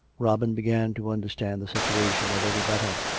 robin began to understand the situation a little better.